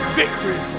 victory